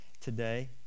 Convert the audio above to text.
today